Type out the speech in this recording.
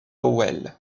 howell